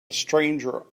stranger